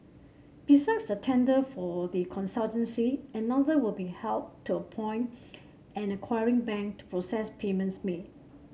besides the tender for the consultancy another will be held to appoint an acquiring bank to process payments made